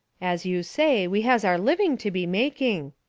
as you say, we has our living to be making,